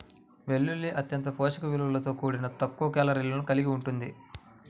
వెల్లుల్లి అత్యంత పోషక విలువలతో కూడి తక్కువ కేలరీలను కలిగి ఉంటుంది